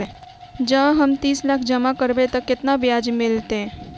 जँ हम तीस लाख जमा करबै तऽ केतना ब्याज मिलतै?